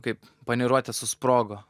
kaip paniruotė susprogo